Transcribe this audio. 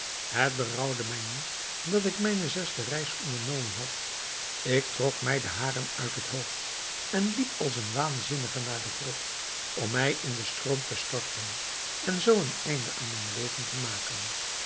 het berouwde mij nu dat ik mijne zesde reis ondernomen had ik trok mij de haren uit het hoofd en liep als een waanzinnige naar de grot om mij in den stroom te storten en zoo een einde aan mijn leven te maken